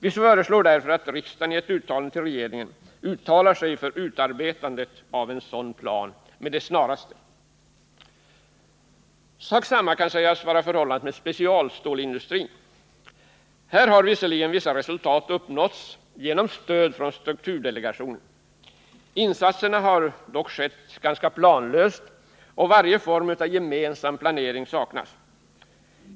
Vi föreslår därför att riksdagen hos regeringen uttalar sig för utarbetandet av en sådan plan med det snaraste. Sak samma kan sägas vara förhållandet med specialstålsindustrin. Här har visserligen vissa resultat uppnåtts genom stöd från strukturdelegationen. Insatserna har dock skett ganska planlöst, och varje form av gemensam planering saknas.